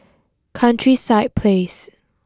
Countryside Place